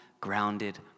grounded